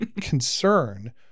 concern